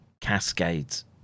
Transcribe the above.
cascades